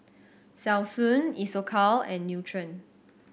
Selsun Isocal and Nutren